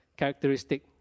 characteristic